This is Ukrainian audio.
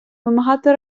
вимагати